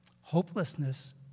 Hopelessness